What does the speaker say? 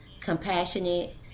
compassionate